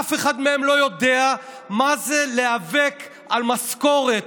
אף אחד מהם לא יודע מה זה להיאבק על משכורת,